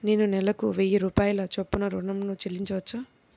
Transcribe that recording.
నేను నెలకు వెయ్యి రూపాయల చొప్పున ఋణం ను చెల్లించవచ్చా?